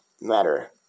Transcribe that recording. matter